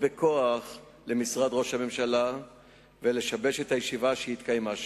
בכוח אל משרד ראש הממשלה ולשבש את הישיבה שהתקיימה שם.